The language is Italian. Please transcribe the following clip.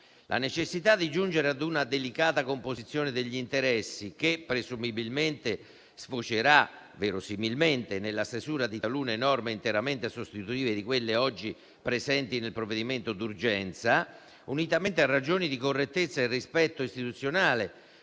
La necessità di giungere ad una delicata composizione degli interessi, che presumibilmente sfocerà nella stesura di talune norme interamente sostitutive di quelle oggi presenti nel provvedimento d'urgenza, unitamente a ragioni di correttezza e al rispetto istituzionale,